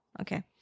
okay